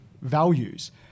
values